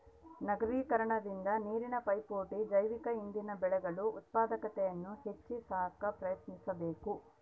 ನಗರೀಕರಣದಿಂದ ನೀರಿನ ಪೈಪೋಟಿ ಜೈವಿಕ ಇಂಧನ ಬೆಳೆಗಳು ಉತ್ಪಾದಕತೆಯನ್ನು ಹೆಚ್ಚಿ ಸಾಕ ಪ್ರಯತ್ನಿಸಬಕು